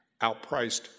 outpriced